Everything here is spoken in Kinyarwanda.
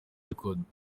record